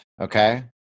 okay